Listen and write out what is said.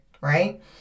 right